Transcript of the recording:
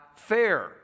fair